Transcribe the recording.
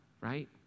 right